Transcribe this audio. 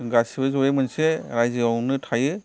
गासिबो जयै मोनसे रायजोआवनो थायो